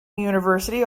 university